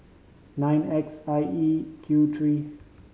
nine X I E Q three